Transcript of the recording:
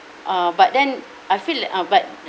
uh but then I feel uh but